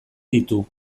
ditu